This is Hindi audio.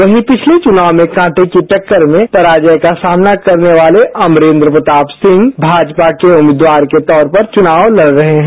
वहीं पिछले चुनाव में कांटे की टक्कर में पराजय का सामना करने वाले अमरेंद्र प्रताप सिंह भाजपा के उम्मीदवार के तौर पर चुनाव लड रहे हैं